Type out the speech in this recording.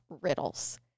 riddles